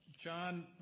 John